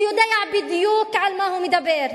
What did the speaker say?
הוא יודע בדיוק על מה הוא מדבר.